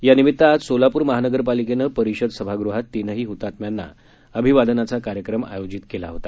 यानिमीत्तानं आज सोलापूर महानगरपालिकेनं परिषद सभागृहात तीनही हुतात्म्यांना अभिवादनाचा कार्यक्रम आयोजित केला होता